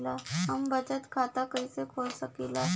हम बचत खाता कईसे खोल सकिला?